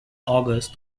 august